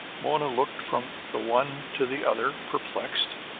mona looked from the one to the other, perplexed.